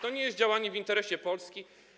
To nie jest działanie w interesie Polski.